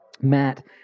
Matt